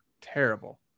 Terrible